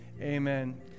Amen